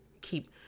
keep